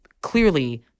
clearly